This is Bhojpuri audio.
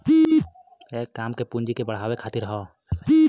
काम के पूँजी के बढ़ावे खातिर हौ